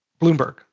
Bloomberg